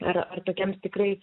ar ar tokiems tikrai